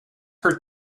hurt